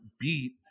beat